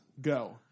Go